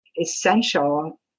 essential